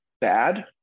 bad